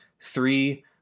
three